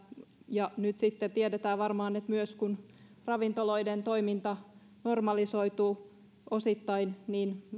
ja nyt sitten tiedetään varmaan että kun myös ravintoloiden toiminta normalisoituu osittain niin